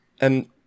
And-